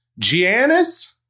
Giannis